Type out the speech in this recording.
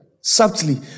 Subtly